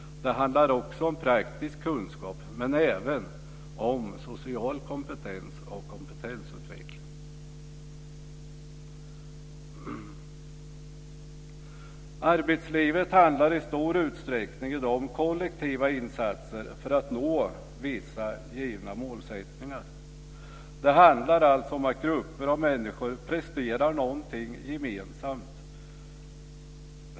Det handlar också om praktisk kunskap, men även om social kompetens och kompetensutveckling. Arbetslivet handlar i stor utsträckning i dag om kollektiva insatser för att nå vissa givna målsättningar. Det handlar alltså om att grupper av människor presterar någonting gemensamt.